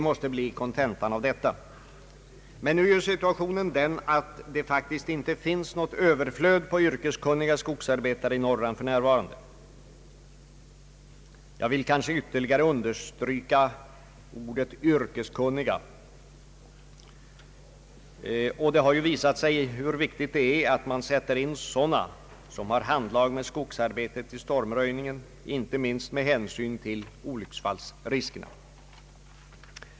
Nu är emellertid situationen den att det faktiskt inte finns något överflöd på yrkeskunniga skogsarbetare i Norr land för närvarande — jag vill kraftigt understryka ordet yrkeskunniga. Det har visat sig viktigt att man vid stormröjningen sätter in sådana som har handlag med skogsarbete, inte minst med hänsyn till olycksfallsriskerna.